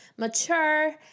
Mature